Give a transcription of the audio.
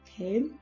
okay